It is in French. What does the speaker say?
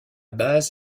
base